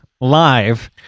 live